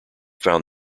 found